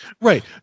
Right